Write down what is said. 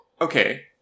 okay